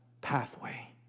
pathway